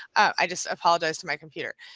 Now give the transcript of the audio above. i just apologized to my computer.